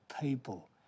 people